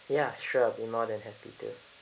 ya sure be more than happy to